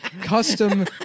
custom